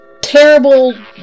terrible